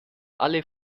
alle